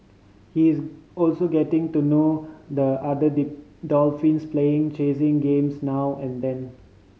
he is also getting to know the other dolphins playing chasing games now and then